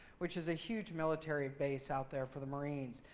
which is a huge military base out there for the marines.